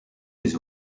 les